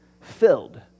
filled